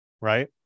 right